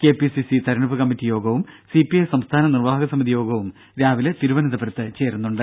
KPCC തെരഞ്ഞെടുപ്പ് committee യോഗവും സിപിഐ സംസ്ഥാന നിർവ്വാഹക സമിതി യോഗവും രാവിലെ തിരുവനന്തപുരത്ത് ചേരുന്നുണ്ട്